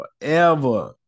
forever